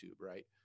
right